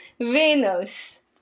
Venus